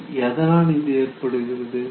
சரி எதனால் இது ஏற்படுகிறது